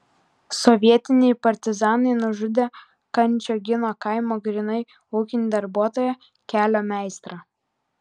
sovietiniai partizanai nužudė kančiogino kaimo grynai ūkinį darbuotoją kelio meistrą